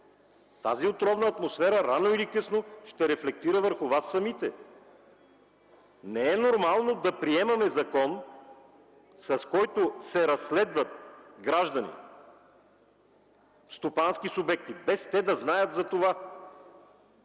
Тази отровна атмосфера, рано или късно, ще рефлектира върху Вас самите. Не е нормално да приемаме закон, с който се разследват граждани, стопански субекти, без те да знаят това.